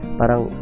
parang